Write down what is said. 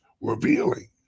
revealing